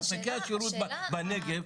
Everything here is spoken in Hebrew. ספקי השירות בנגב,